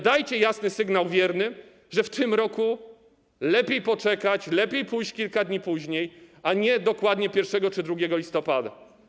Dajcie jasny sygnał wiernym, że w tym roku lepiej poczekać, lepiej pójść kilka dni później, a nie dokładnie 1 czy 2 listopada.